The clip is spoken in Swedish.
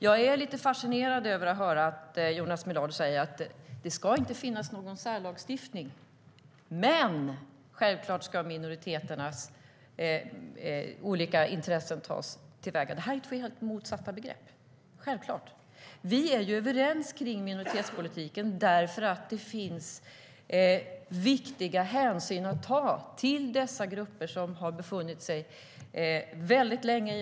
Jag är lite fascinerad över att höra Jonas Millard säga att det inte ska finnas någon särlagstiftning, men att minoriteternas olika intressen självklart ska tas till vara. Det är två helt motsatta saker. Det är uppenbart. Vi är överens om minoritetspolitiken därför att det finns viktiga hänsyn att ta till dessa grupper som har befunnit sig i vårt land väldigt länge.